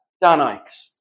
Danites